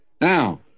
Now